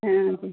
हाँ जी